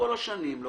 לא